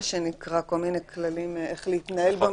כל מיני כללים איך להתנהל במשרד.